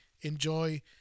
enjoy